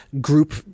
group